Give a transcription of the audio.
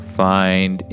find